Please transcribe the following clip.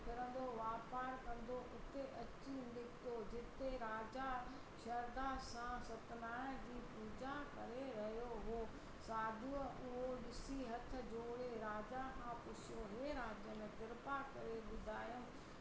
फिरंदो वापारु कंदो उते अची निकितो जिते राजा श्रध्दा सां सत्यनारायण जी पूॼा करे रहियो हुओ साधूअ उहो ॾिसी हथ जोड़े राजा खां पुछियो हे राजन कृपा करे ॿुधायो